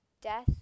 Death